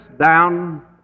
down